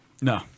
No